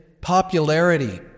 popularity